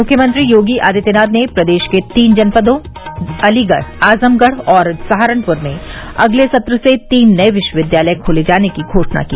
मुख्यमंत्री योगी आदित्यनाथ ने प्रदेश के तीन जनपदों अलीगढ आजमगढ़ और सहारनपुर में अगले सत्र से तीन नए विश्वविद्यालय खोले जाने की घोषणा की